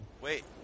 wait